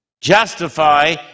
justify